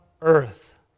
earth